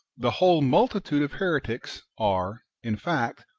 the whole multitude of heretics are, in fact,